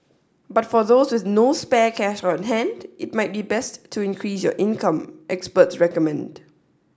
but for those with no spare cash on hand it might be best to increase your income experts recommend